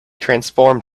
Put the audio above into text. transformed